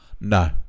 No